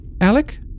Alec